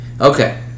okay